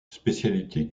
spécialité